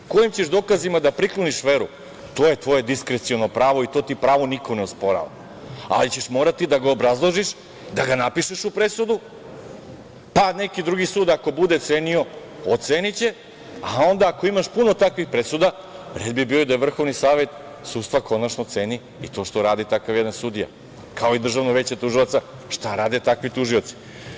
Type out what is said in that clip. Kojim ćeš dokazima da prikloniš veru, to je tvoje diskreciono pravo i to ti pravo niko ne osporava, ali ćeš morati da ga obrazložiš, da ga napišeš u presudi, pa neki drugi sud ako bude cenio oceniće, a onda ako imaš puno takvih presuda, red bi bio da Vrhovni savet sudstva konačno ceni i to što radi takav jedan takav sudija, kao i Državno veće tužioca šta rade takvi tužioci.